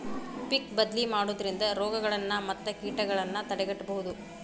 ಪಿಕ್ ಬದ್ಲಿ ಮಾಡುದ್ರಿಂದ ರೋಗಗಳನ್ನಾ ಮತ್ತ ಕೇಟಗಳನ್ನಾ ತಡೆಗಟ್ಟಬಹುದು